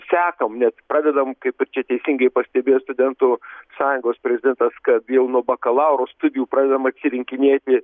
sekam net pradedam kaip čia teisingai pastebėjo studentų sąjungos prezidentas kad jau nuo bakalauro studijų pradedam atsirinkinėti